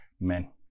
men